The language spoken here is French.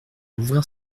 d’ouvrir